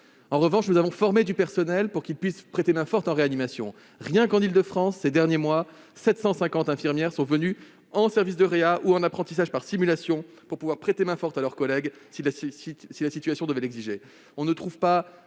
En revanche, nous avons formé du personnel pour qu'il puisse aider en réanimation. Rien qu'en Île-de-France, ces derniers mois, 750 infirmières sont venues en service de réanimation ou en apprentissage par simulation, pour prêter main-forte à leurs collègues si la situation l'exigeait. Hélas, on ne trouve pas